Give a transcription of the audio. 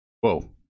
Whoa